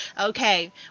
okay